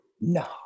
No